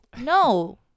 no